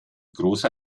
großer